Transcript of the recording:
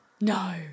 No